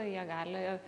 jie gali